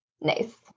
Nice